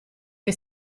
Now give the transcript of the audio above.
che